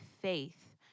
faith